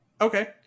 Okay